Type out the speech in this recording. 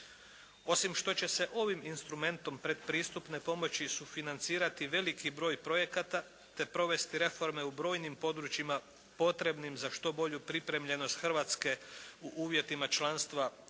Osim što će se ovim instrumentom pretpristupne pomoći i sufinancirati veliki broj projekata te provesti reforme u brojnim područjima potrebnim za što bolju pripremljenost Hrvatske u uvjetima članstva u